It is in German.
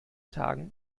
tagen